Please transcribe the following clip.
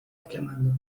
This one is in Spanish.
exclamando